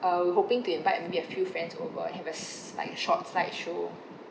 uh hoping to invite maybe a few friends over have a s~ like short slide show